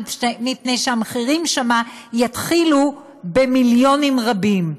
מפני שהמחירים שם יתחילו במיליונים רבים,